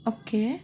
okay